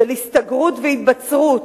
של הסתגרות והתבצרות.